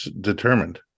determined